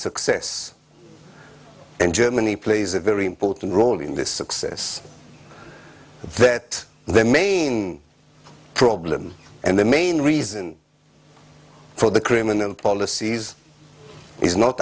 success in germany plays a very important role in this success that the main problem and the main reason for the criminal policies is not